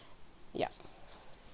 yup